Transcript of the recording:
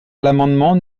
l’amendement